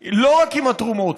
התרומות,